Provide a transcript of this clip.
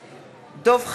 בעד דב חנין,